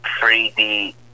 3d